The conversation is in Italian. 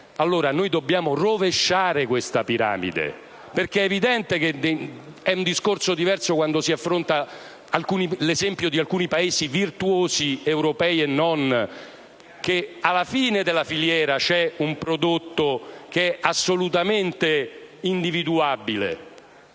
allora rovesciare questa piramide. È evidente che il discorso è diverso quando si affronta l'esempio di alcuni Paesi virtuosi, europei e non, in cui alla fine della filiera c'è un prodotto assolutamente individuabile.